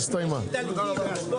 הישיבה ננעלה בשעה 11:50.